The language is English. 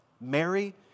Mary